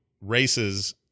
races